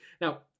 Now